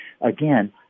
Again